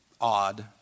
odd